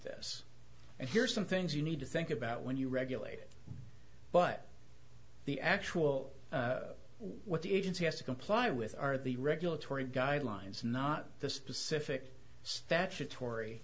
this and here's some things you need to think about when you regulate it but the actual what the agency has to comply with are the regulatory guidelines not the specific statutory